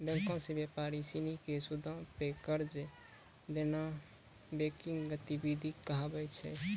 बैंको से व्यापारी सिनी के सूदो पे कर्जा देनाय बैंकिंग गतिविधि कहाबै छै